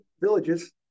villages